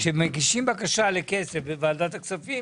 כשמגישים בקשה לכסף לוועדת הכספים